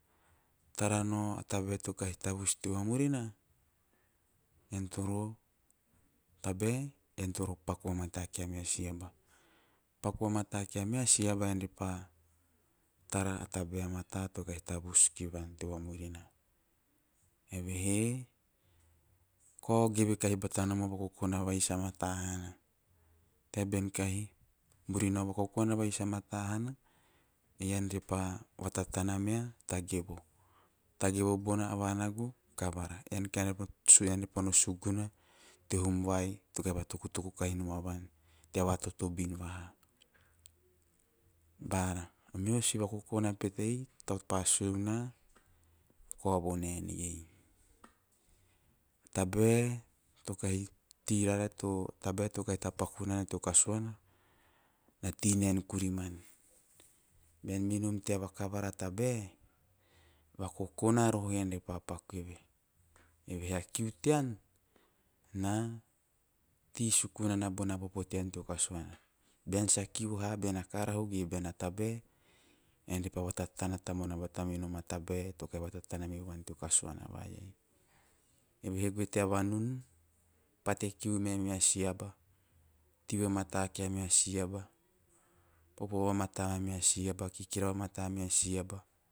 Tara nao a tabae to kahi tavus teo vamurina ean toro tabae? Ean toro paku vamata kia meha si aba. Paku mata kemes eab re pa tara a tabae a mata to kahi tavus kivuan teve murina. Evehe kao geve kahi batanom oo vakokona vai sa mata hana, te benk kahi murina vakokona vaia mata hana ean repa, vatatana mea tagevo. Tagevo bona a vanagu kavara ean kahi vanagu sueu ean re pa no suguna teo hum vai tugava tukutuku kai nom aban, teaba totobin baha. Ba ameosi vakuku na petei, siuna kovo neani ei. Tabea tokei tirara to tabe tokai tapakuna kasuana kahi paku vamata eve, paku eve tea nati nen kuriman. Men minun tevaka bara tabe, ba kokona rohen e papake eve, eveha kiu tean, na tisuku nana bona popo tean te kasuana. Ben sa kiu ha, ben a karau gi ben a tabe, ean ra vakokona rohen vuhaman, paku va totobin a tabae toro tapaku en vuhaman. Eve koa si moroko tau pa sue varekou, na tea si roava va nomanai. Beam mei nom toro tabae? Ean toro paku vamata kia meha si aba ean re pa tana a tabae a mata to kahi tavus kivoan. Eveha kao geve kahi batanolm a vakokona vai sa mata hana te bean kahu murina o vakokona vai sa mata hana ean repa vatanata me a tagevo. Tagevo bona a vanagu kavara ean kahi vanagu suae ean re pa no suguna teo hum vai to kahi va tokutoku kahi nom a van tea vatotobin. Bara o mehol si vakokona petei tau pa sueu na na ka vo naenei tabae to kahi tei rara, tabae to kahi tapeku neu teo kasuana na tei nen kuriman bean mei nom tea vakavara tabae vakonona roho ean re pa paku eve. Evehe a kiu tean na tei suku nana bona popo tean teo kasuana, bean sa kiu ha bean a karahu ge bean a tabae ean re pa vatatana tamuana, bata minom a tabae to kahi vatatana mivan teo kasuana vai. Evehe goe tea vanun, pate kiu mea meha si aba, tei vamata ke mea si aba, popo vamata mea meha si aba, kikira vamata meha si aba